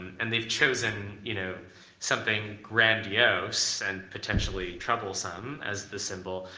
and they've chosen you know something grandiose and potentially troublesome as the symbol,